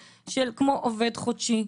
העלאת שכר המינימום,